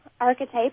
archetype